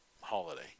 holiday